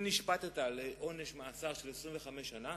אם נשפטת לעונש מאסר של 25 שנה,